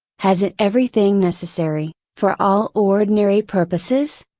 has it everything necessary, for all ordinary purposes?